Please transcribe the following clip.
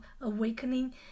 awakening